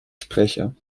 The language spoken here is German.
sprecher